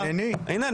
הנה,